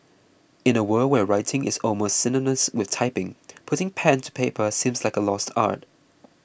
in a world where writing is almost synonymous with typing putting pen to paper seems like a lost art